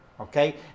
okay